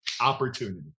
opportunity